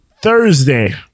Thursday